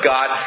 God